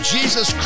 Jesus